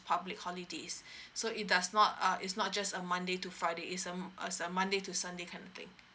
public holidays so it does not uh it's not just a monday to friday is um is a monday to sunday kind of thing